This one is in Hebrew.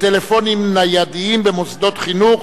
בטלפונים ניידים במוסדות חינוך,